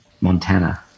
Montana